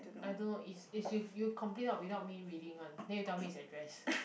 I know is is you you complete without me reading one then you tell me his address